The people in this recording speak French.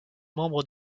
membres